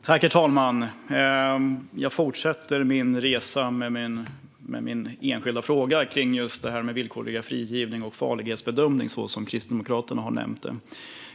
Herr talman! Jag fortsätter min resa med min enskilda fråga om villkorlig frigivning och farlighetsbedömning, som Kristdemokraterna har nämnt.